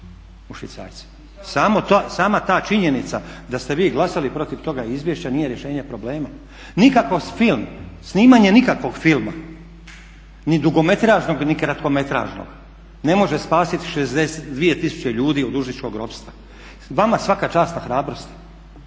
u švicarcima. Sama ta činjenica da ste vi glasali protiv tog izvješća nije rješenje problema. Nikakav film, snimanje nikakvog filma, ni dugometražnog, ni kratkometražnog ne može spasiti 62000 ljudi od dužničkog ropstva. Vama svaka čast na hrabrosti,